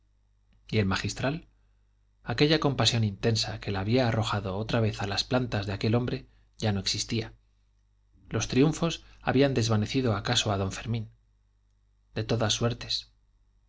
y el magistral aquella compasión intensa que la había arrojado otra vez a las plantas de aquel hombre ya no existía los triunfos habían desvanecido acaso a don fermín de todas suertes